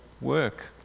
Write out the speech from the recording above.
work